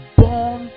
born